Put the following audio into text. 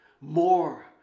more